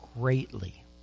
greatly